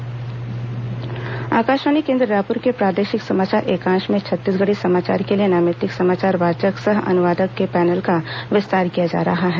Akashvani Chhattisgarhi panel Akashvani केन्द्र रायपुर के प्रादेशिक समाचार एकांश में छत्तीसगढ़ी समाचार के लिए नैमित्तिक समाचार वाचक सह अनुवादक के पैनल का विस्तार किया जा रहा है